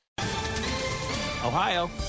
ohio